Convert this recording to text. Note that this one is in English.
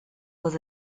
was